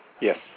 Yes